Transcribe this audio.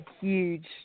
huge